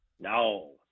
No